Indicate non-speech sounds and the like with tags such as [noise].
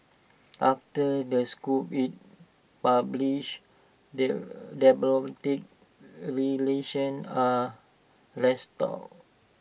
after the scoop is published [unintelligible] diplomatic relations are restored